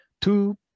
two